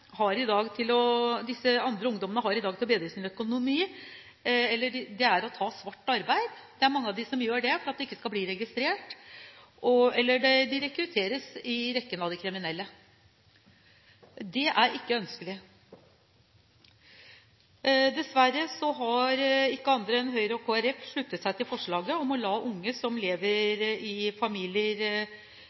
ungdommene i dag har til å bedre sin økonomi, er å ta svart arbeid. Det er mange av dem som gjør det for at det ikke skal bli registrert, eller de rekrutteres inn i rekken av kriminelle. Det er ikke ønskelig. Dessverre har ikke andre enn Høyre og Kristelig Folkeparti sluttet seg til forslaget om å la unge som lever i familier